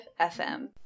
FM